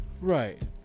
Right